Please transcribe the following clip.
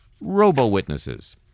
robo-witnesses